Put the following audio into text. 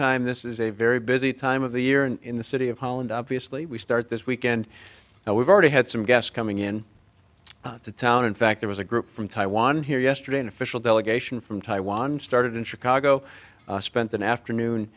time this is a very busy time of the year and in the city of holland obviously we start this weekend now we've already had some gas coming in to town in fact there was a group from taiwan here yesterday an official delegation from taiwan started in chicago spent an afternoon